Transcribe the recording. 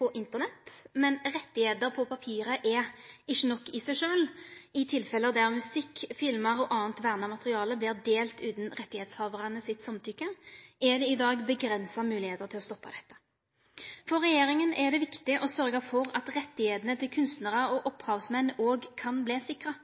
på Internett, men rettar på papiret er ikkje nok i seg sjølve. I tilfelle der musikk, filmar og anna verna materiale vert delte utan rettshavarane sitt samtykke, er det i dag avgrensa moglegheiter til å stoppe dette. For regjeringa er det viktig å sørgje for at rettane til kunstnarar og opphavsmenn òg kan verte sikra.